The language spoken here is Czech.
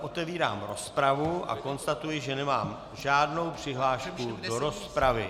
Otevírám rozpravu a konstatuji, že nemám žádnou přihlášku do rozpravy.